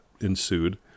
ensued